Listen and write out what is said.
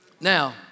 Now